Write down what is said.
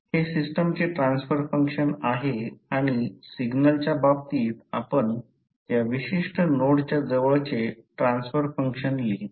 तर हे सिस्टमचे ट्रान्सफर फंक्शन आहे आणि सिग्नलच्या बाबतीत आपण त्या विशिष्ट नोडच्या जवळचे ट्रान्सफर फंक्शन लिहितो